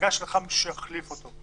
המפלגה שלחה מישהו שיחליף אותו.